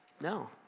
No